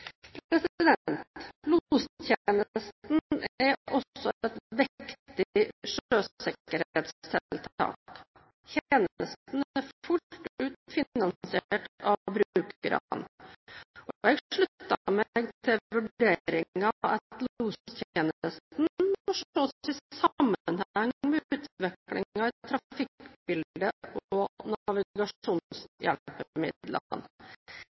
er også et viktig sjøsikkerhetstiltak. Tjenesten er fullt ut finansiert av brukerne. Jeg slutter meg til vurderingen at lostjenesten må ses i sammenheng med utviklingen i trafikkbildet og navigasjonshjelpemidlene. Det har vi